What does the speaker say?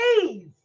please